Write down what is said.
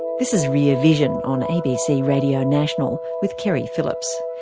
this is rear vision on abc radio national, with keri phillips.